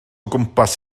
gwmpas